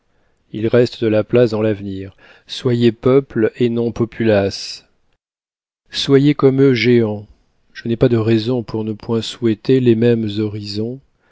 il reste de la place dans l'avenir soyez peuple et non populace soyez comme eux géants je n'ai pas de raisons pour ne point souhaiter les mêmes horizons